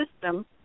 system